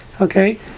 Okay